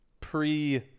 pre